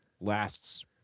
lasts